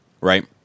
right